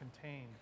contained